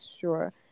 sure